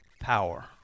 power